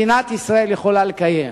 יכולה לקיים